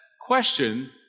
question